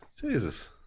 Jesus